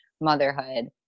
motherhood